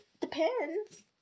Depends